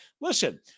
listen